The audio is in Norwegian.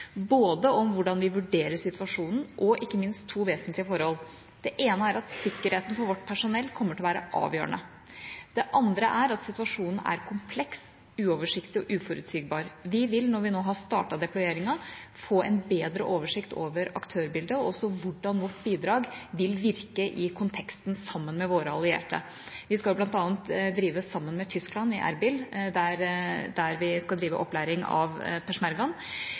både om hvordan vi vurderer situasjonen, og ikke minst om to vesentlige forhold: Det ene er at sikkerheten for vårt personell kommer til å være avgjørende. Det andre er at situasjonen er kompleks, uoversiktlig og uforutsigbar. Vi vil, når vi nå har startet deployeringen, få en bedre oversikt over aktørbildet, og også over hvordan vårt bidrag vil virke i konteksten sammen med våre allierte. Vi skal bl.a. drive sammen med Tyskland i Erbil, der vi skal drive opplæring av